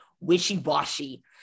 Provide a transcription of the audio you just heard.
wishy-washy